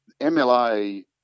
mla